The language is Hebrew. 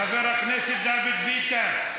חבר הכנסת דוד ביטן,